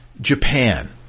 Japan